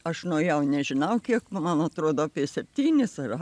aš nuėjau nežinau kiek man atrodo apie septynis ar